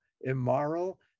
Immoral